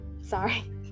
Sorry